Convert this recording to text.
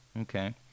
Okay